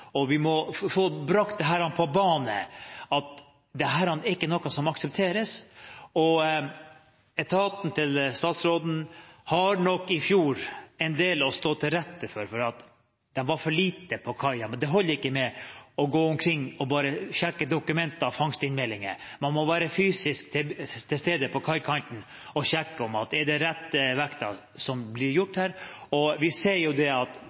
og vi må få brakt på bane at dette ikke er noe som aksepteres. Etaten til statsråden hadde nok i fjor en del å stå til rette for, for de var for lite på kaia. Det holder ikke å gå omkring og bare sjekke dokumenter og fangstinnmeldinger, man må være fysisk til stede på kaikanten og sjekke om det er rett veiing som blir gjort. Vi ser at Fiskeridirektoratet har vært mer ute på kaiene og fulgt med og sjekket vekten. Det